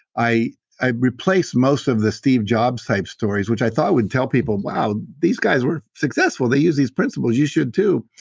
i i replaced most of the steve jobs type stories, which i thought would tell people, wow, these guys are successful. they use these principles, you should too.